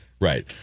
Right